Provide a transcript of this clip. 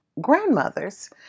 grandmothers